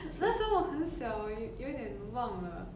那时候我很小有有一点忘了